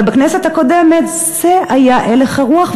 אבל בכנסת הקודמת זה היה הלך הרוח,